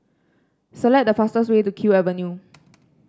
select the fastest way to Kew Avenue